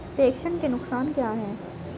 प्रेषण के नुकसान क्या हैं?